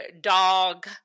dog